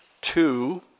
two